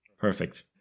Perfect